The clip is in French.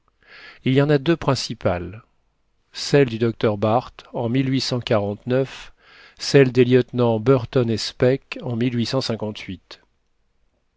il y en a deux principales celle du docteur barth en celle des lieutenants bnrton et speke en